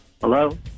Hello